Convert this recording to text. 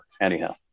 Anyhow